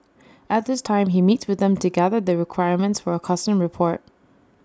at this time he meets with them to gather the requirements for A custom report